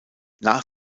nach